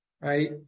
right